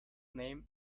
named